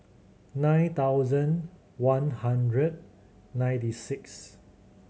nine thousand one hundred ninety six